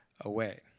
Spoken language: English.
away